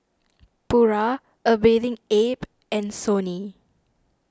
Pura A Bathing Ape and Sony